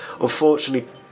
unfortunately